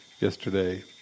yesterday